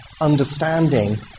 understanding